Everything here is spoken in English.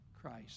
Christ